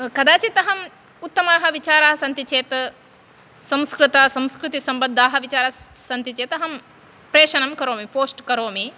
कदाचित् अहं उत्तमाः विचाराः सन्ति चेत् संस्कृतसंस्कृतिसम्बद्धाः विचाराः सन्ति चेत् अहम् प्रेषणं करोमि पोस्ट् करोमि